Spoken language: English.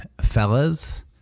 fellas